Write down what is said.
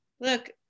Look